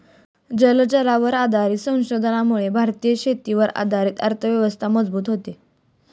जलचरांवर आधारित संशोधनामुळे भारतीय शेतीवर आधारित अर्थव्यवस्था मजबूत होते